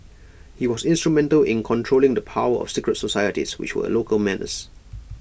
he was instrumental in controlling the power of secret societies which were A local menace